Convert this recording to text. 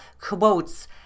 quotes